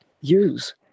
use